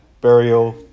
burial